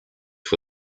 for